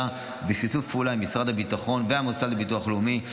ושיתוף פעולה עם משרד הביטחון והמוסד לביטוח לאומי,